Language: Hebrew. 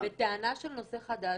לטעון את הטענה של נושא חדש.